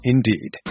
Indeed